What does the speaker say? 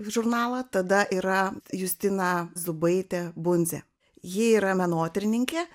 žurnalą tada yra justina zubaitė bundzė ji yra menotyrininkė